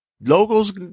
logos